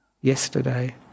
yesterday